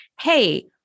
Hey